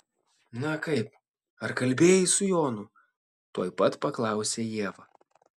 na kaip ar kalbėjai su jonu tuoj pat paklausė ieva